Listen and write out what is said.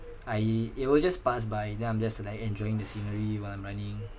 I it will just pass by then I'm just like enjoying the scenery while I'm running